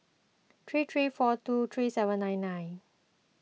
three three four two three seven nine nine